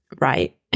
right